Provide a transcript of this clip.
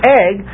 egg